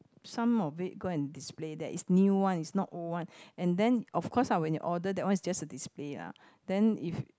some of it go and display there it's new one it's not old one and then of course lah when you order that one is just a display ah then if